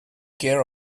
care